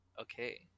Okay